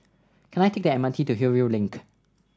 can I take the M R T to Hillview Link